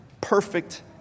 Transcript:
perfect